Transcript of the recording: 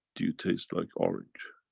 do you taste like orange?